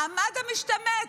מעמד המשתמט.